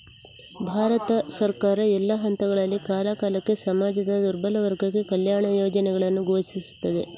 ಭಾರತ ಸರ್ಕಾರ, ಎಲ್ಲಾ ಹಂತಗಳಲ್ಲಿ, ಕಾಲಕಾಲಕ್ಕೆ ಸಮಾಜದ ದುರ್ಬಲ ವರ್ಗಕ್ಕೆ ಕಲ್ಯಾಣ ಯೋಜನೆಗಳನ್ನು ಘೋಷಿಸುತ್ತದೆ